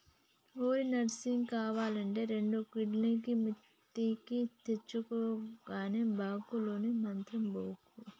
ఓరి నర్సిగా, కావాల్నంటే రెండుకాడికి మిత్తికి తెచ్చుకో గని బాంకు లోనుకు మాత్రం బోకు